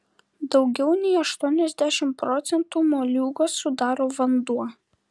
daugiau nei aštuoniasdešimt procentų moliūgo sudaro vanduo